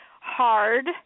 hard